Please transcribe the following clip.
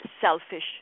selfish